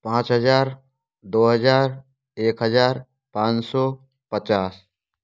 पाँच हज़ार दो हज़ार एक हज़ार पाँच सौ पचास